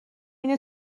اینه